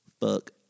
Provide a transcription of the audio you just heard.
Fuck